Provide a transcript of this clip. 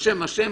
אשם",